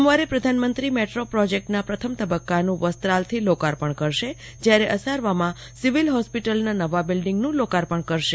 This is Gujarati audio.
સોમવારે પ્રધાનમંત્રી મેટ્રો પ્રોજેક્ટના પ્રથમ તબક્કાનું વસ્ત્રાલથી લોકાર્પણ કરશે જયારે અસારવામાં સિવિલ હોસ્પિટલના નવા બિલ્ડીંગનું લોકાર્પણ કરશે